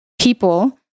people